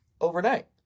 overnight